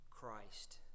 Christ